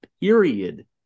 period